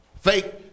Fake